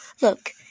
Look